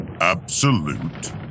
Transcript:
absolute